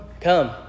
come